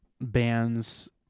bands